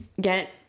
get